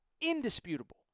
indisputable